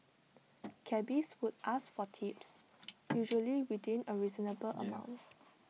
cabbies would ask for tips usually within A reasonable amount